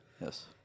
Yes